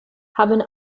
haben